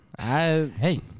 Hey